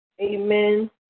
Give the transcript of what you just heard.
Amen